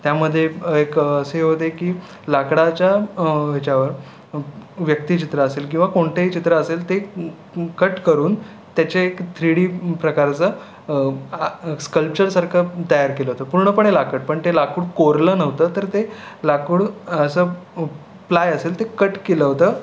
त्यामध्ये एक असे होते की लाकडाच्या ह्याच्यावर व्यक्तिचित्र असेल किंवा कोणतेही चित्र असेल ते कट करून त्याचे थ्री डी प्रकारचं स्कल्प्चर सारखं तयार केलं होतं पूर्णपणे लाकूड पण ते लाकूड कोरलं नव्हतं तर ते लाकूड असं प्लाय असेल ते कट केलं होतं